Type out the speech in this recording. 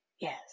Yes